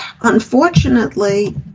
unfortunately